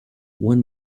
one